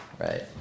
right